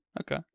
Okay